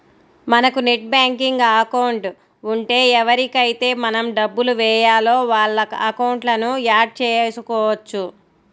మనకు net banking account ఉంటే ఎవరికైతే మనం డబ్బులు వేయాలో వాళ్ళ అకౌంట్లను యాడ్ చేసుకోవచ్చు